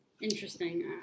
Interesting